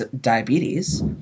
diabetes